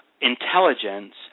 intelligence